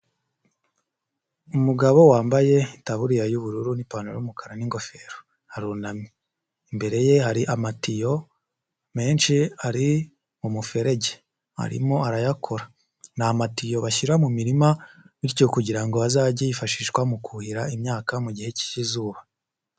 Umugabo wambaye itaburiya y'ubururu, n'ipantaro y'umukara n'ingofero, arunamye imbere ye hari amatiyo menshi ari mu muferege arimo arayakora, ni amatiyo bashyira mu mirima bityo kugira ngo bazajye yifashishwa mu kuhira imyaka mu gihe cy'izuba.